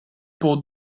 pour